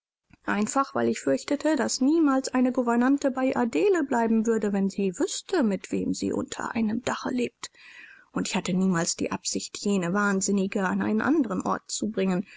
einfach weil ich fürchtete daß niemals eine gouvernante bei adele bleiben würde wenn sie wüßte mit wem sie unter einem dache lebte und ich hatte niemals die absicht jene wahnsinnige an einen anderen ort zu bringen